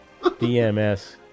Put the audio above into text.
DMS